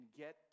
get